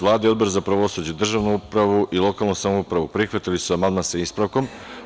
Vlada i Odbor za pravosuđe, državnu upravu i lokalnu samoupravu prihvatili su amandman sa ispravkom.